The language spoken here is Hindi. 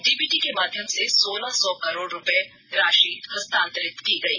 डी बी टी के माध्यम से सोलह सौ करोड़ रूपये राषि हस्तांतरित की गई